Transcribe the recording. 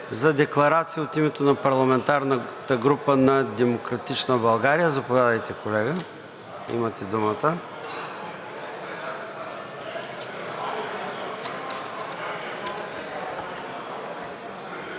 Декларация от името на парламентарната група на „Демократична България“. Заповядайте, колега, имате думата.